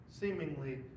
seemingly